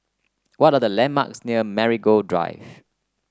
what are the landmarks near Marigold Drive